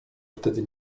wtedy